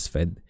Fed